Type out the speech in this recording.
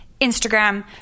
Instagram